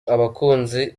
abakunzi